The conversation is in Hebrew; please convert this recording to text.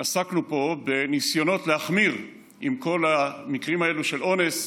עסקנו פה בניסיונות להחמיר עם כל המקרים האלו של אונס,